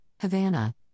Havana